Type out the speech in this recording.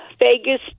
Vegas